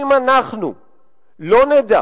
אם אנחנו לא נדע